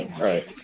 right